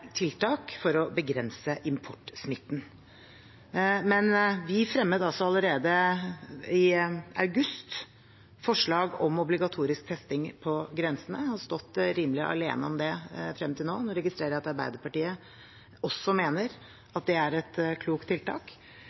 tiltak for å begrense importsmitten. Vi fremmet allerede i august forslag om obligatorisk testing på grensene og har stått rimelig alene om det frem til nå. Nå registrerer jeg at Arbeiderpartiet også mener det er et klokt tiltak.